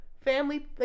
family